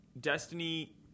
Destiny